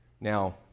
Now